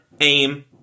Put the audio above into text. aim